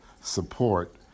support